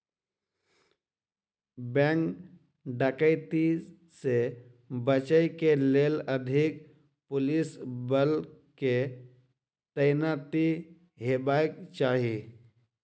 bank डकैती से बचय के लेल अधिक पुलिस बल के तैनाती हेबाक चाही